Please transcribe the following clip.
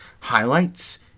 highlights